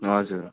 हजुर